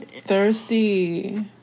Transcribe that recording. thirsty